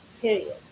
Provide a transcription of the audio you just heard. period